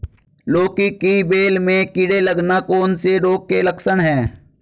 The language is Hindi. लौकी की बेल में कीड़े लगना कौन से रोग के लक्षण हैं?